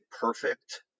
perfect